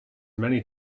many